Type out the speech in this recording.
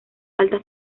altas